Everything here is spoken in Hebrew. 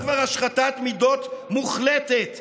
-- זו כבר השחתת מידות מוחלטת,